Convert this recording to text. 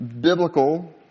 biblical